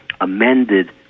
amended